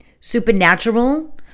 Supernatural